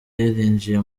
yarinjiye